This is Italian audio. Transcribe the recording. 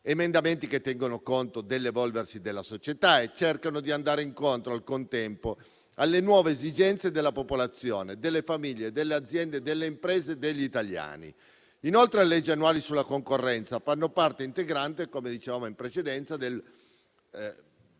emendamenti che tengono conto dell'evolversi della società e cercano di andare incontro, al contempo, alle nuove esigenze della popolazione, delle famiglie, delle aziende, delle imprese e degli italiani. Inoltre, le leggi annuali sulla concorrenza fanno parte integrante - come dicevamo in precedenza - del Piano